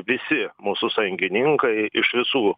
visi mūsų sąjungininkai iš visų